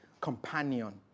companion